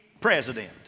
president